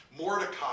Mordecai